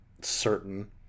certain